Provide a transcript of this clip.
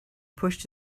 pushed